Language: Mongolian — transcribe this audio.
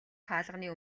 хаалганы